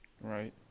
Right